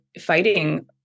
fighting